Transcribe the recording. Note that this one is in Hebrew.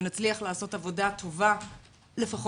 ונצליח לעשות עבודה טובה לפחות.